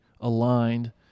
aligned